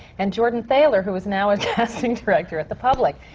and jordan thaler, who is now a casting director at the public.